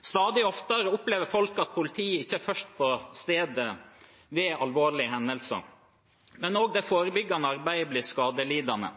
Stadig oftere opplever folk at politiet ikke er først på stedet ved alvorlige hendelser. Men også det forebyggende arbeidet blir skadelidende.